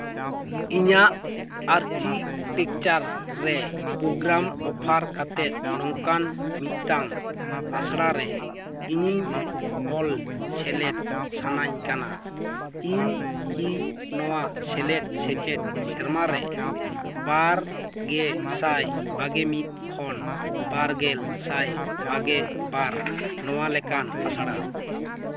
ᱤᱧᱟᱹᱜ ᱟᱨ ᱪᱮᱫ ᱯᱤᱠᱪᱟᱨ ᱨᱮ ᱯᱨᱳᱜᱽᱜᱨᱟᱢ ᱚᱯᱷᱟᱨ ᱠᱟᱛᱮᱫ ᱱᱚᱝᱠᱟᱱ ᱢᱤᱫᱴᱟᱱ ᱟᱥᱲᱟ ᱨᱮ ᱤᱧᱤᱧ ᱚᱞ ᱥᱮᱞᱮᱫ ᱥᱟᱱᱟᱧ ᱠᱟᱱᱟ ᱤᱧᱠᱤ ᱱᱚᱣᱟ ᱥᱮᱞᱮᱫ ᱥᱮᱪᱮᱫ ᱥᱮᱨᱢᱟ ᱨᱮ ᱵᱟᱨ ᱜᱮ ᱥᱟᱭ ᱵᱟᱜᱮ ᱢᱤᱫ ᱠᱷᱚᱱ ᱵᱟᱨᱜᱮᱞ ᱥᱟᱭ ᱵᱟᱨᱜᱮ ᱵᱟᱨ ᱱᱚᱣᱟ ᱞᱮᱠᱟᱱ ᱟᱥᱲᱟ